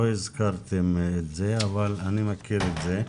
לא הזכרתם את זה, אבל אני מכיר את זה.